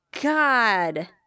God